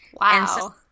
Wow